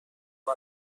شما